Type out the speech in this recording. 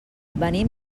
venim